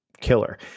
killer